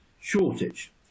shortage